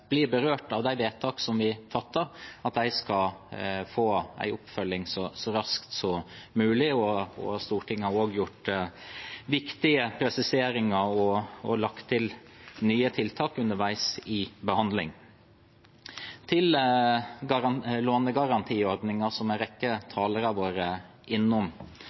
blir berørt av de vedtakene vi fatter, skal få en oppfølging så raskt som mulig. Stortinget har også gjort viktige presiseringer og lagt til nye tiltak underveis i behandlingen. Til lånegarantiordningen, som en rekke talere har vært innom: